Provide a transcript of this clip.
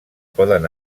poden